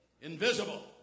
Invisible